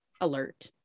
alert